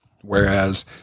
Whereas